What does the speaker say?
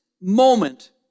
moment